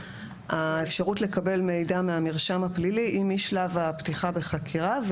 האפשרות לקבל מידע מהמרשם הפלילי היא משלב הפתיחה בחקירה.